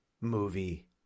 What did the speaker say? movie